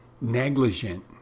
negligent